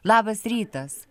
labas rytas